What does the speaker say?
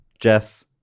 Jess